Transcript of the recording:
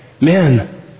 men